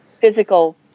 physical